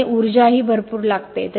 त्यामुळे ऊर्जाही भरपूर लागते